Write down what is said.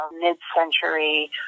mid-century